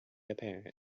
apparent